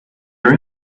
her